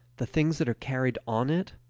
the things that are carried on it,